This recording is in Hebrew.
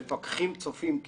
מפקח מצוין.